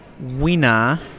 winner